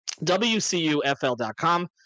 wcufl.com